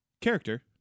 character